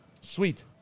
Sweet